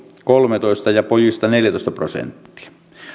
kolmetoista ja pojista neljätoista prosenttia